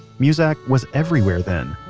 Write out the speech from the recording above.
muzak was everywhere then.